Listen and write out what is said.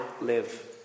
live